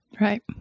Right